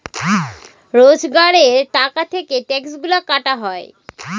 রোজগারের টাকা থেকে ট্যাক্সগুলা কাটা হয়